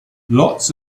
lots